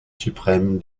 suprême